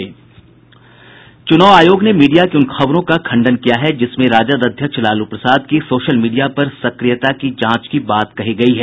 चुनाव आयोग ने मीडिया की उन खबरों का खंडन किया है जिसमें राजद अध्यक्ष लालू प्रसाद की सोशल मीडिया पर सक्रियता की जांच की बात कही गयी है